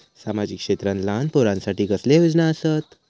सामाजिक क्षेत्रांत लहान पोरानसाठी कसले योजना आसत?